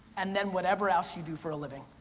and then whatever else you do for a living.